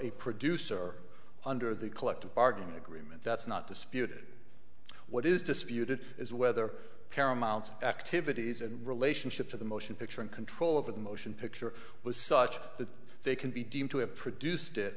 a producer under the collective bargaining agreement that's not disputed what is disputed is whether paramount's activities and relationship to the motion picture and control over the motion picture was such that they can be deemed to have produced it